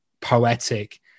poetic